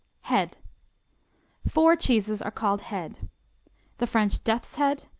head four cheeses are called head the french death's head.